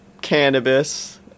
cannabis